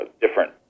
different